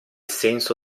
senso